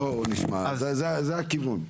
בואו נשמע, זה הכיוון.